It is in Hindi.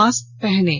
मास्क पहनें